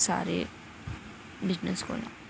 नेईं पूरी दूनियां दे